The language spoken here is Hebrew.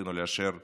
שרצינו לאשר בקיץ,